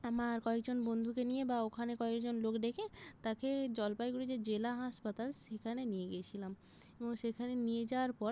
আমার কয়েকজন বন্ধুকে নিয়ে বা ওখানে কয়েকজন লোক ডেকে তাকে জলপাইগুড়ির যে জেলা হাসপাতাল সেখানে নিয়ে গিয়েছিলাম এবং সেখানে নিয়ে যাওয়ার পর